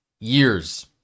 years